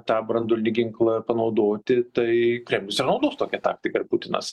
tą branduolinį ginklą panaudoti tai kremlius ir naudos tokią taktiką ir putinas